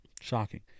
shocking